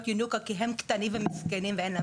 ינוקא כי הם קטנים ומסכנים ואין להם.